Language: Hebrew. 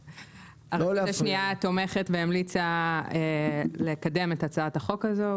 הרשות השנייה תומכת והמליצה לקדם את הצעת החוק הזו,